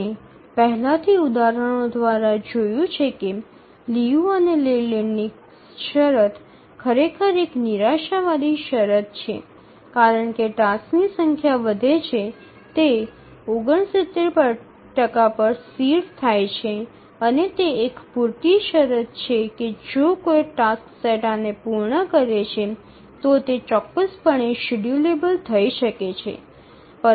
આપણે પહેલાથી ઉદાહરણો દ્વારા જોયું છે કે લિયુ અને લેલેન્ડની શરત ખરેખર એક નિરાશાવાદી શરત છે કારણ કે ટાસક્સની સંખ્યા વધે છે તે ૬૯ પર સ્થિર થાય છે અને તે એક પૂરતી શરત છે કે જો કોઈ ટાસ્ક સેટ આને પૂર્ણ કરે છે તો તે ચોક્કસપણે શેડ્યૂલેબલ થઈ શકે છે